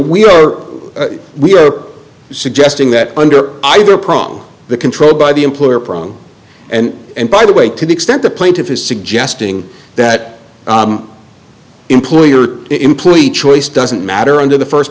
we are we are suggesting that under either prong the control by the employer problem and and by the way to the extent the plaintiff is suggesting that the employer employee choice doesn't matter under the first